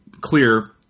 clear